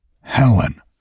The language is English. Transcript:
Helen